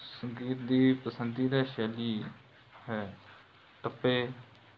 ਸੰਗੀਤ ਦੀ ਪਸੰਦੀਦਾ ਸ਼ੈਲੀ ਹੈ ਟੱਪੇ